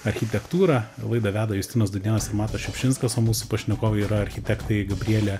architektūrą laidą veda justinas dūdėnas ir matas šiupšinskas o mūsų pašnekovai yra architektai gabrielė